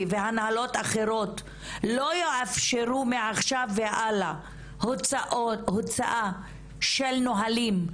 והנהלות אחרות לא יאפשרו מעכשיו והלאה הוצאה של נהלים,